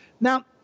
Now